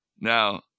Now